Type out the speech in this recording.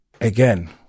again